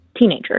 teenager